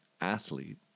athlete